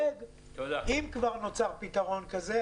אם כבר נוצר פתרון כזה,